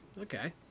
Okay